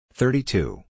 thirty-two